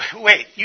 wait